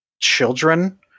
children